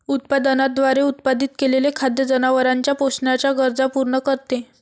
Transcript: उत्पादनाद्वारे उत्पादित केलेले खाद्य जनावरांच्या पोषणाच्या गरजा पूर्ण करते